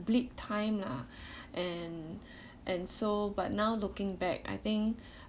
bleak time lah and and so but now looking back I think